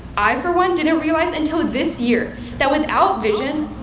i, for one, didn't realize until this year that without vision,